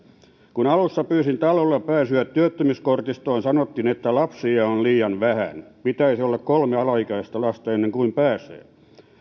kun alussa pyysin talvella pääsyä työttömyyskortistoon sanottiin että lapsia on liian vähän pitäisi olla kolme alaikäistä lasta ennen kuin pääsee